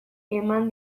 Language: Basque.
eman